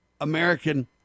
American